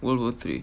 world war three